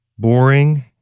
Boring